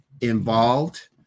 involved